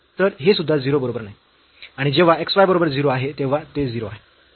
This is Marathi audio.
तर हे सुद्धा 0 बरोबर नाही आणि जेव्हा x y बरोबर 0 आहे तेव्हा ते 0 आहे